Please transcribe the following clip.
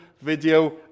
video